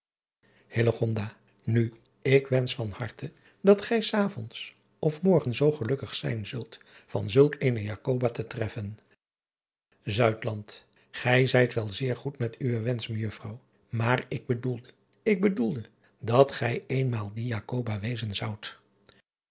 u ik wensch van harte dat gij t avond of morgen zoo gelukkig zijn zult van zulk eene aan te treffen ij zijt wel zeer goed met uwen wensch ejuffrouw maar ik bedoelde ik bedoelde dat gij eenmaal die wezen zondt